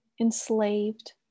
enslaved